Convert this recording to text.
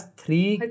three